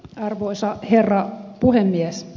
arvoisa herra puhemies